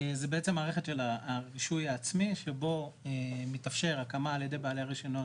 זאת מערכת של הרישוי העצמי שבו מתאפשרת הקמה על ידי בעלי הרשיונות